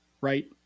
Right